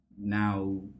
now